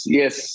yes